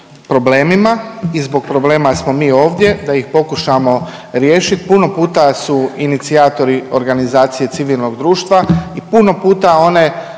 problemima i zbog problema smo mi ovdje da ih pokušamo riješiti. Puno puta su inicijatori organizacije civilnog društva i puno puta one